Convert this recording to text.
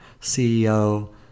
CEO